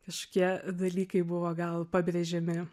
kažkokie dalykai buvo gal pabrėžiami